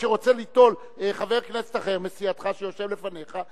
שרוצה ליטול חבר הכנסת אחר מסיעתך שיושב לפניך,